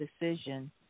decision